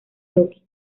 loki